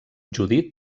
judit